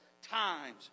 Times